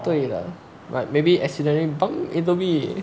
对了 like maybe accident bump into me